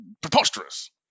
preposterous